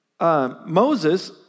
Moses